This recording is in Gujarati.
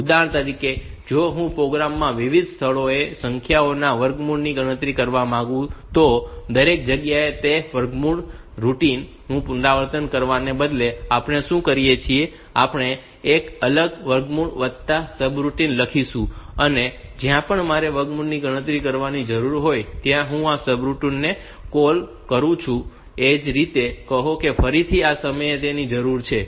ઉદાહરણ તરીકે જો હું પ્રોગ્રામ માં વિવિધ સ્થળોએ સંખ્યાઓના વર્ગમૂળની ગણતરી કરવા માંગુ તો દરેક જગ્યાએ તે વર્ગમૂળ રુટિન નું પુનરાવર્તન કરવાને બદલે આપણે શું કરીએ છીએ કે આપણે એક અલગ વર્ગમૂળ વત્તા સબરૂટિન લખીશું અને જ્યાં પણ મારે વર્ગમૂળની ગણતરી કરવાની જરૂર હોય ત્યાં હું આ રૂટિન ને કૉલ છું એવી જ રીતે કહો કે ફરીથી આ સમયે તે જરૂરી છે